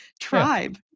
tribe